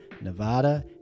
Nevada